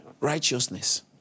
Righteousness